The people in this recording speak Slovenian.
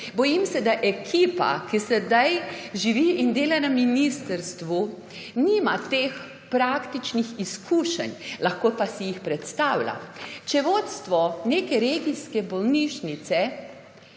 Bojim se, da ekipa, ki sedaj živi in dela na ministrstvu, nima teh praktičnih izkušenj, lahko pa si jih predstavlja. Če vodstvo neke regijske bolnišnice